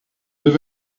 deux